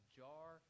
jar